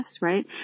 right